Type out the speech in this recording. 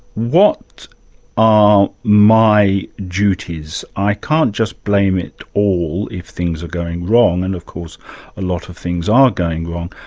what are my duties? i can't just blame it all if things are going wrong and of course a lot of things are going wrong,